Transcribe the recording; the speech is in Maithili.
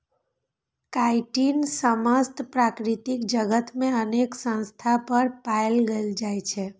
काइटिन समस्त प्रकृति जगत मे अनेक स्थान पर पाएल जाइ छै